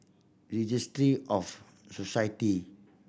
Registry of Society